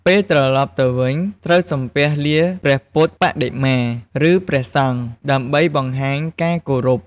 ពេលត្រឡប់ទៅវិញ ត្រូវសំពះលាព្រះពុទ្ធបដិមា ឬព្រះសង្ឃ ដើម្បីបង្ហាញពីការគោរព។